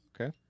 Okay